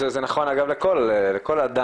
זה נכון אגב לכל אדם,